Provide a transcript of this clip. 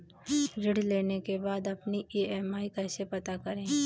ऋण लेने के बाद अपनी ई.एम.आई कैसे पता करें?